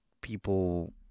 people